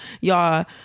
y'all